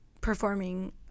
performing